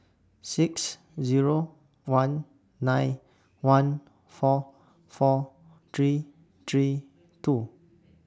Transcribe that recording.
six Zero one nine one four four three three two